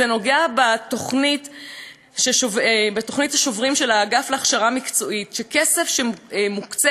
זה נוגע בתוכנית השוברים של האגף להכשרה מקצועית: כסף שמוקצה